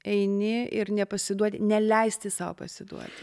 eini ir nepasiduodi neleisti sau pasiduoti